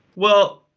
well,